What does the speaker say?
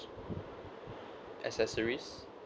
accessories